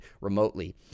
remotely